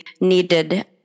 needed